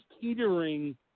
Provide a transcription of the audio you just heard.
teetering